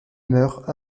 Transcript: meurt